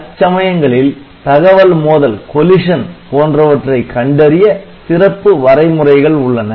அச்சமயங்களில் தகவல் மோதல் போன்றவற்றை கண்டறிய சிறப்பு வரைமுறைகள் உள்ளன